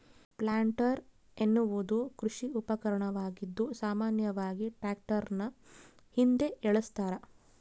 planter ಎನ್ನುವುದು ಕೃಷಿ ಉಪಕರಣವಾಗಿದ್ದು ಸಾಮಾನ್ಯವಾಗಿ ಟ್ರಾಕ್ಟರ್ನ ಹಿಂದೆ ಏಳಸ್ತರ